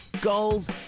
goals